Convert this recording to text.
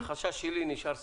החשש שלי נשאר סביר.